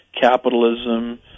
capitalism